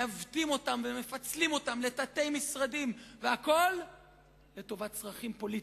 מעוותים אותם ומפצלים אותם לתתי-משרדים והכול לטובת צרכים פוליטיים,